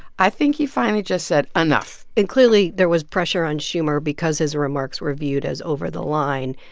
i think he finally just said enough and clearly there was pressure on schumer, because his remarks were viewed as over the line,